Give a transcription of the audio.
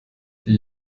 die